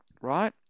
right